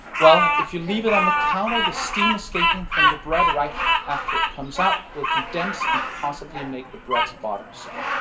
well, if you leave it on the counter the steam escaping from the bread right after it comes out will condense and possibly make the bread's bottom soggy.